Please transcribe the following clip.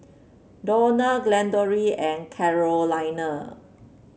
Dawna Glendora and Carolina